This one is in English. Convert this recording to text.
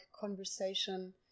conversation